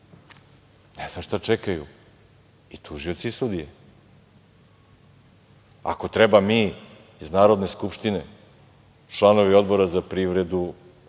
znam šta čekaju i tužioci i sudije? Ako treba mi iz Narodne skupštine, članovi Odbora za privredu,